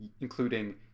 including